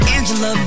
Angela